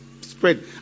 spread